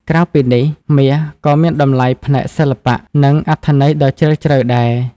ក្រៅពីនេះ មាសក៏មានតម្លៃផ្នែកសិល្បៈ និងអត្ថន័យដ៏ជ្រាលជ្រៅដែរ។